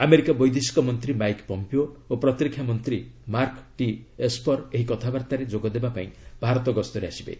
America ବୈଦେଶିକ ମନ୍ତ୍ରୀ Mike Pompeo ଓ ପ୍ରତିରକ୍ଷାମନ୍ତ୍ରୀ ମାର୍କ ଟି ଏସ୍ପର୍ ଏହି କଥାବାର୍ତ୍ତାରେ ଯୋଗ ଦେବାକୁ ଭାରତ ଗସ୍ତରେ ଆସିବେ